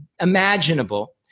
imaginable